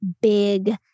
big